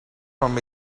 from